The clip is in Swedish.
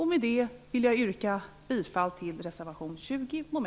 Med det yrkar jag bifall till reservation 20 mom.